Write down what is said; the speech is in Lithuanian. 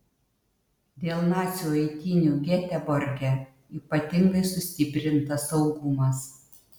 dėl nacių eitynių geteborge ypatingai sustiprintas saugumas